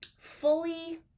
fully